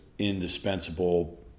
indispensable